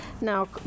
now